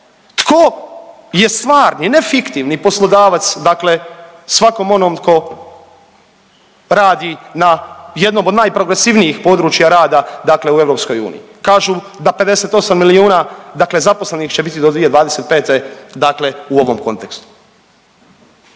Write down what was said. Tko je stvarni, ne fiktivni poslodavac, dakle svakom onom tko radi na jednom od najprogresivnijih područja rada, dakle u EU. Kažu da 58 milijuna, dakle zaposlenih će biti do 2025. dakle u ovom kontekstu.